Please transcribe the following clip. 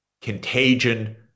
contagion